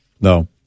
No